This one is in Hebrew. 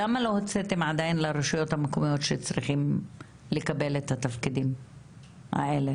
למה לא הוצאתם עדיין לרשויות המקומיות שצריכים לקבל את התפקידים האלה?